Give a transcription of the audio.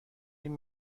این